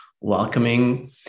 welcoming